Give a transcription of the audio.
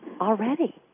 already